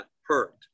hurt